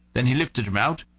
then he lifted him out,